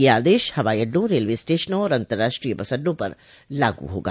यह आदेश हवाई अड्डों रेलवे स्टेशनों और अन्तर्राष्ट्रीय बस अड्डों पर लागू होगा